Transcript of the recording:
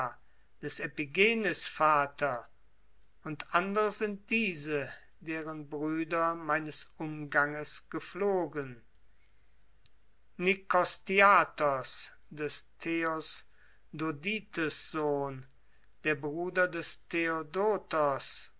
des epigenes vater und andere sind diese deren brüder meines umganges gepflogen nikostiatos des theosdotides sohn der bruder des theodotos